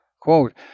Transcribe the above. Quote